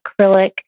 acrylic